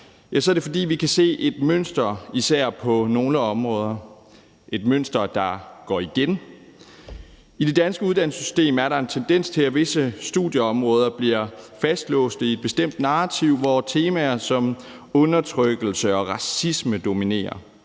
er det, fordi vi kan se et mønster på især nogle af områderne – et mønster, der går igen. I det danske uddannelsessystem er der en tendens til, at visse studieområder bliver fastlåst i et bestemt narrativ, hvor temaer som undertrykkelse og racisme dominerer.